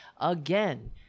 again